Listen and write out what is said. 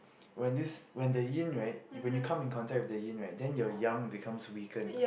when this when the Yin right when you come in contact with the Yin right then your Yang becomes weaken what